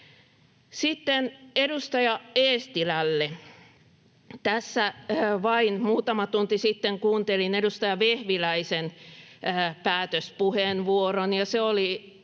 Sitten edustaja Eestilälle: Tässä vain muutama tunti sitten kuuntelin edustaja Vehviläisen päätöspuheenvuoron,